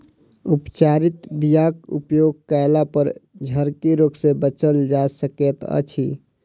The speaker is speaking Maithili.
उपचारित बीयाक उपयोग कयलापर झरकी रोग सँ बचल जा सकैत अछि